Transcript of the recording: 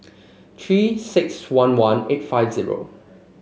Three six one one eight five zero